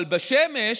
אבל בשמש,